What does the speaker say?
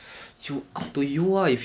also going to be quite sad